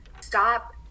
stop